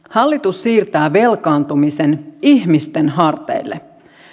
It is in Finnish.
hallitus siirtää velkaantumisen ihmisten harteille